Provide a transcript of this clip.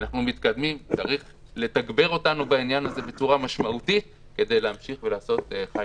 אנחנו מתקדמים וצריך לתגבר אותנו בצורה משמעותית כדי להמשיך ולעשות.